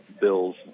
bills